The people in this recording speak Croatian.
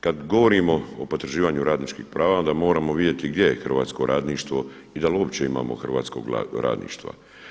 Kada govorimo o potraživanju radničkih prava onda moramo vidjeti gdje je hrvatsko radništvo i da li uopće imamo hrvatskog radništva.